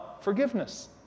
Forgiveness